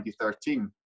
2013